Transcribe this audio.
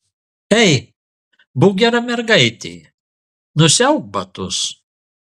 ei būk gera mergaitė nusiauk batus